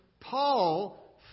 Paul